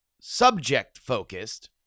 subject-focused